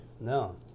No